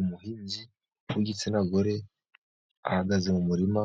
Umuhinzi w'igitsina gore ahagaze mu murima